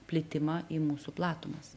plitimą į mūsų platumas